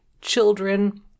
children